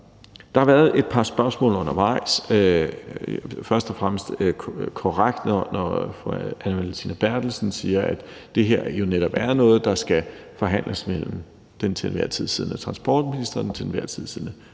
Der har været et par spørgsmål undervejs. Det er først og fremmest korrekt, når fru Anne Valentina Berthelsen siger, at det her jo netop er noget, der skal forhandles mellem den til enhver tid siddende transportminister og den til enhver tid siddende